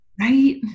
Right